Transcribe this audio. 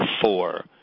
four